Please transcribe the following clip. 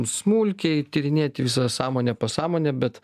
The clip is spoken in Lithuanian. smulkiai tyrinėti visą sąmonę pasąmonę bet